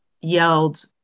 yelled